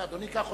כך אדוני חושב?